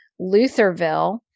Lutherville